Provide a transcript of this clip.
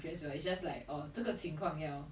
奶茶哪一个